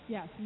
Yes